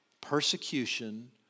persecution